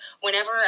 whenever